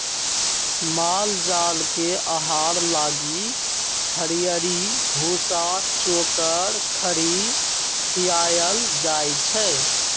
माल जाल के आहार लागी हरियरी, भूसा, चोकर, खरी खियाएल जाई छै